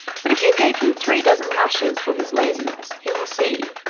but if you gave him three dozen lashes for his laziness he will see,